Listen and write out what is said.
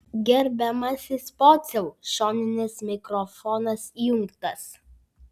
gerbiamasis pociau šoninis mikrofonas įjungtas